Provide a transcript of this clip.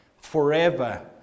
forever